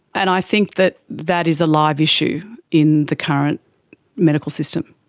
and i think that that is a live issue in the current medical system.